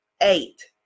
eight